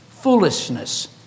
foolishness